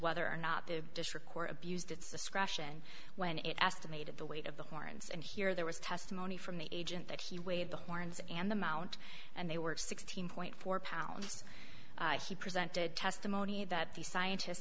whether or not the district court abused its discretion when it estimated the weight of the horns and here there was testimony from the agent that he weighed the horns and the amount and they were sixteen point four pounds he presented testimony that the scientists